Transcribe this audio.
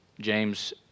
James